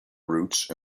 roots